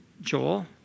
Joel